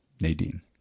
Nadine